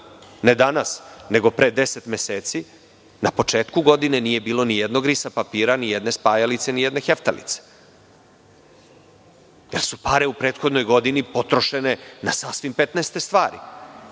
ne danas nego pre 10 meseci, na početku godine nije bilo nijednog risa papira, nijedne spajalice, nijedne heftalice, jer su pare u prethodnoj godini potrošene na sasvim petnaeste stvari.